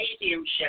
mediumship